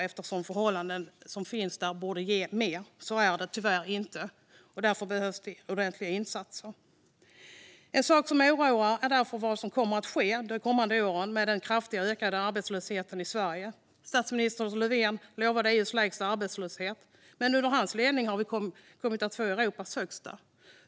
De förhållanden som råder där borde ge mer, men så är det tyvärr inte. Därför behövs det ordentliga insatser. En sak som oroar är därför vad som kommer att ske de kommande åren med den kraftigt ökande arbetslösheten i Sverige. Statsminister Löfven lovade EU:s lägsta arbetslöshet, men under hans ledning har vi kommit att få Europas högsta.